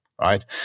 Right